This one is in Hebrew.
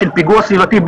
של פיגוע סביבתי,